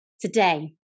Today